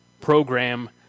program